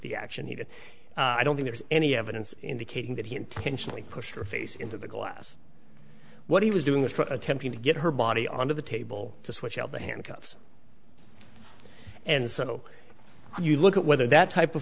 the action he did i don't think there's any evidence indicating that he intentionally pushed her face into the glass what he was doing this for attempting to get her body under the table to switch out the handcuffs and so you look at whether that type of